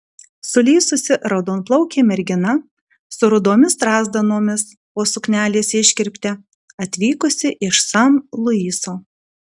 sulysusi raudonplaukė mergina su rudomis strazdanomis po suknelės iškirpte atvykusi iš san luiso